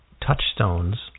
touchstones